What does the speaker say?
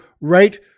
right